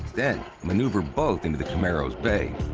then maneuver both into the camaro's bay.